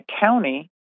county